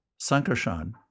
Sankarshan